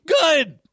Good